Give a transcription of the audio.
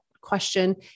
question